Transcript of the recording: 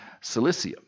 Cilicia